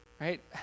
Right